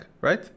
right